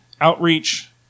outreach